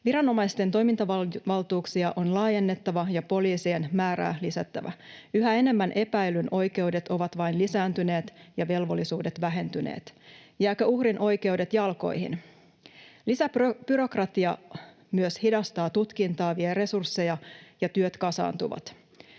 Viranomaisten toimintavaltuuksia on laajennettava ja poliisien määrää lisättävä. Yhä enemmän epäillyn oikeudet ovat vain lisääntyneet ja velvollisuudet vähentyneet. Jäävätkö uhrin oikeudet jalkoihin? Lisäbyrokratia myös hidastaa tutkintaa ja vie resursseja, ja työt kasaantuvat.